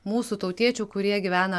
mūsų tautiečių kurie gyvena